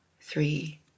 three